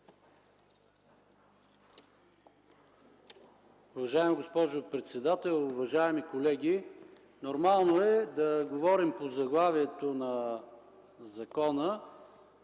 Уважаема госпожо председател, уважаеми колеги! Нормално е да говорим по заглавието на закона,